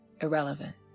irrelevant